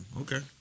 okay